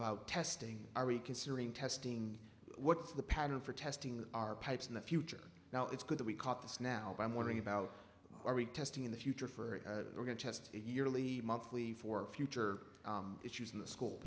about testing are reconsidering testing what's the pattern for testing our pipes in the future now it's good that we caught this now i'm wondering about are we testing in the future for we're going to test your early monthly for future issues in the school